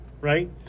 right